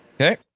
Okay